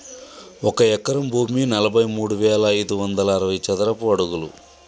ఒక ఎకరం భూమి నలభై మూడు వేల ఐదు వందల అరవై చదరపు అడుగులు